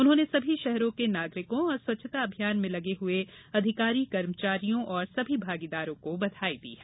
उन्होंने सभी शहरों के नागरिकों और स्वच्छता अभियान में लगे हुए अधिकारियों कर्मचारियों एवं सभी भागीदारों को बधाई दी है